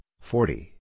forty